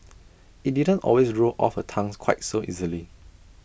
IT didn't always roll off her tongues quite so easily